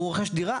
הוא רוכש דירה,